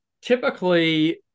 typically